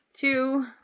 two